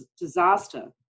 disaster